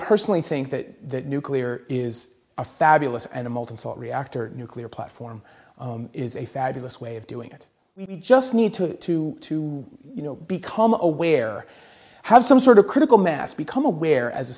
personally think that nuclear is a fabulous animal reactor nuclear platform is a fabulous way of doing it you just need to to to you know become aware have some sort of critical mass become aware as a